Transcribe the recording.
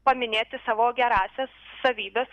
paminėti savo gerąsias savybes